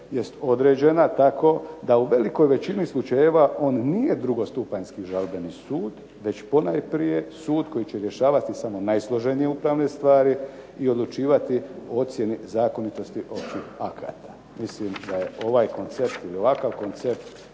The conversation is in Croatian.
jest određena tako da u velikoj većini slučajeva on nije drugostupanjski žalbeni sud, već ponajprije sud koji će rješavati samo najsloženije upravne stvari i odlučivati o ocjeni zakonitosti općih akata. Mislim da je ovaj koncept ili ovakav koncept